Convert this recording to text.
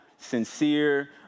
Sincere